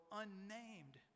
unnamed